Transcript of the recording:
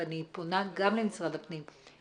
ואני פונה גם למשרד הפנים,